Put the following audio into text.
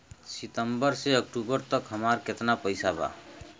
सितंबर से अक्टूबर तक हमार कितना पैसा बा?